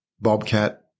Bobcat